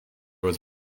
was